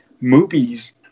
movies